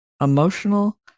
emotional